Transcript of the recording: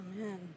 Amen